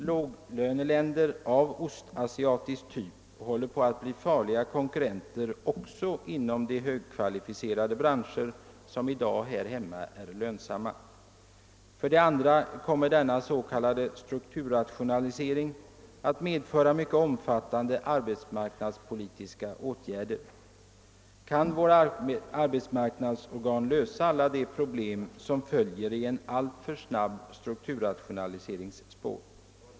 Låglöneländer av ostasiatisk typ håller på att bli farliga konkurrenter också inom de högkvalificerade branscher som i dag är lönsamma här hemma. För det andra kommer denna s.k. strukturrationalisering att medföra mycket omfattande arbetsmarknadspolitiska åtgärder. Kan våra arbetsmarknadsorgan lösa alla de problem som följer i en alltför snabb strukturrationaliserings spår?